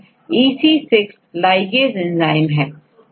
जैसेEC3 है तो यह क्या है